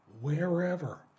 wherever